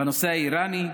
בנושא האיראני,